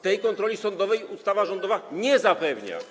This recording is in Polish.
Tej kontroli sądowej ustawa rządowa nie zapewnia.